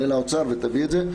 אם היא תעלה לאוצר ותביא את זה,